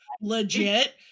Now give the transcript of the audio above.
legit